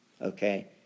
okay